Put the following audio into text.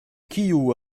kiu